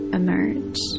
emerge